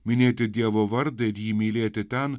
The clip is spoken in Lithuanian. minėti dievo vardą ir jį mylėti ten